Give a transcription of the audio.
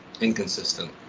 inconsistent